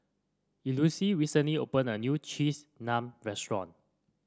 Elouise recently opened a new Cheese Naan Restaurant